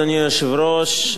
אדוני היושב-ראש,